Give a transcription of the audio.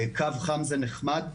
קו חם זה נחמד.